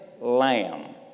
lamb